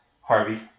Harvey